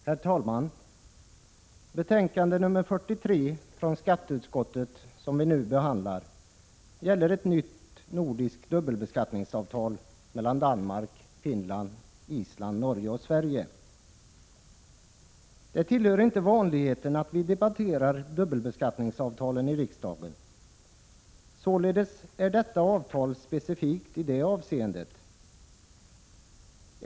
Herr talman! Skatteutskottets betänkande nr 43 som vi nu behandlar gäller ett nytt nordiskt dubbelbeskattningsavtal mellan Danmark, Finland, Island, Norge och Sverige. Det tillhör inte vanligheterna att dubbelbeskattningsavtalen debatteras i riksdagen. Således är detta avtal specifikt i det avseendet.